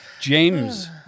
James